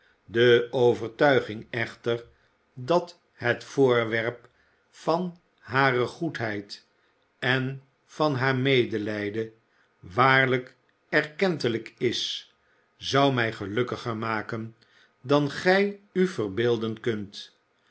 de overtuiging echter dat het voorwerp van hare goedheid en van haar medelijden waarlijk erkentelijk is zou mij gelukkiger maken dan gij u verbeelden kunt